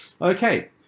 Okay